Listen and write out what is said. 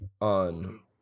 on